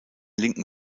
linken